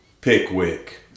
Pickwick